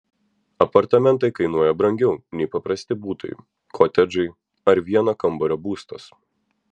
apartamentai kainuoja brangiau nei paprasti butai kotedžai ar vieno kambario būstas